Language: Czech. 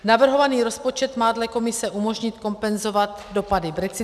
Navrhovaný rozpočet má dle Komise umožnit kompenzovat dopady brexitu.